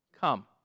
Come